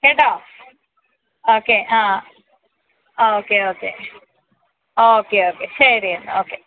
കേട്ടോ ഓക്കെ ആ okay okay okay okay ശരി എന്നാൽ ഓക്കെ